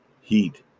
Heat